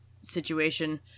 situation